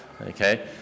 okay